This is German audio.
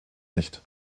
nicht